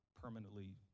permanently